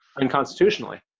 unconstitutionally